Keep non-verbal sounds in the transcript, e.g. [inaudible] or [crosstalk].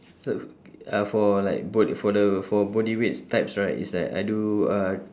[noise] uh for like bod~ for the for body weights types right is like I do uh